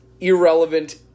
irrelevant